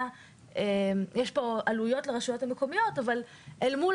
יש פה עלויות לרשויות המקומיות אבל אל מול